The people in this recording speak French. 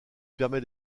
permet